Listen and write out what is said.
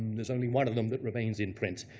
there's only one of them that remains in print,